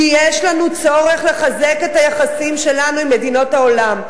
כי יש לנו צורך לחזק את היחסים שלנו עם מדינות העולם.